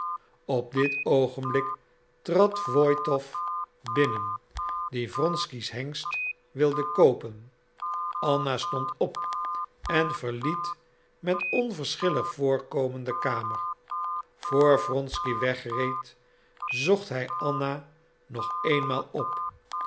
op dit oogenblik trad woitow binnen die wronsky's hengst wilde koopen anna stond op en verliet met onverschillig voorkomen de kamer voor wronsky wegreed zocht hij anna nog eenmaal op